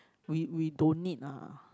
we we don't need ah